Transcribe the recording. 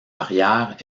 arrière